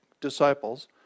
disciples